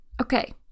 Okay